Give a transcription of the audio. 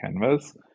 canvas